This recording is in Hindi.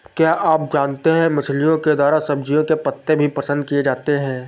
क्या आप जानते है मछलिओं के द्वारा सब्जियों के पत्ते भी पसंद किए जाते है